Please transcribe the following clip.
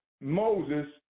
Moses